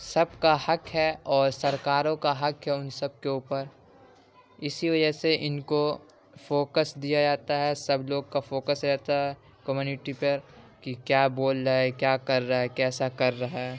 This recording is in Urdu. سب کا حق ہے اور سرکاروں کا حق ہے ان سب کے اوپر اسی وجہ سے ان کو فوکس دیا جاتا ہے سب لوگ کا فوکس رہتا ہے کمیونٹی پر کہ کیا بول رہا ہے کیا کر رہا ہے کیسا کر رہا ہے